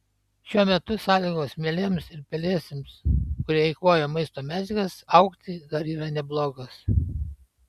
šiuo metu sąlygos mielėms ir pelėsiams kurie eikvoja maisto medžiagas augti dar yra neblogos